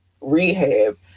rehab